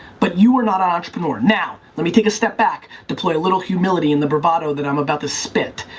but you are not an entrepreneur. now, let me take a step back, deploy a little humility in the bravado that i'm about to spit.